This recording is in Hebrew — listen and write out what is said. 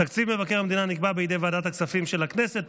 תקציב מבקר המדינה נקבע בוועדת הכספים של הכנסת.